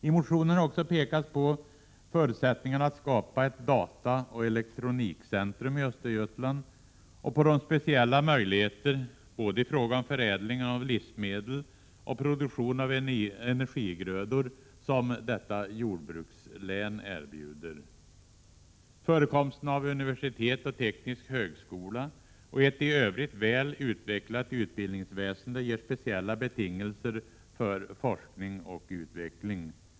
I motionen har också pekats på förutsättningarna att skapa ett dataoch elektronikcentrum i Östergötland och på de speciella möjligheter i fråga om både förädling av livsmedel och produktion av energigrödor som detta jordbrukslän erbjuder. Förekomsten av universitet och teknisk högskola och ett i övrigt väl utvecklat utbildningsväsende ger speciella betingelser för forskning och utveckling.